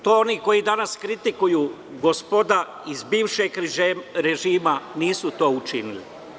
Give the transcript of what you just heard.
To oni koji danas kritikuju, gospoda iz bivšeg režima, nisu to učinili.